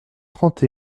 trente